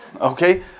Okay